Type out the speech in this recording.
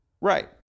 Right